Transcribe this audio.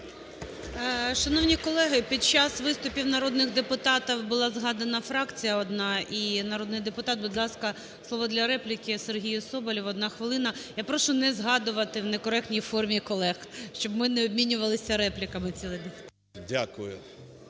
Шановні колеги, пі час виступів народних депутатів була згадана фракція одна і народний депутат. Будь ласка, слово для репліки Сергію Соболєву, одна хвилина. Я прошу не згадувати в некоректній формі колег, щоб ми не обмінювалися репліками цілий день.